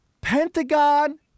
Pentagon